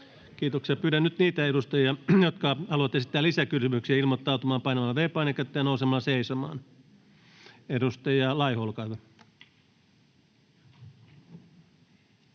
Kiitoksia. — Pyydän nyt niitä edustajia, jotka haluavat esittää lisäkysymyksiä, ilmoittautumaan painamalla V-painiketta ja nousemalla seisomaan. — Edustaja Laiho, olkaa hyvä.